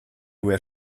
where